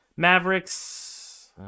Mavericks